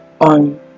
on